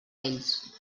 ells